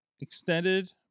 extended